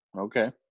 Okay